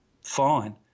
fine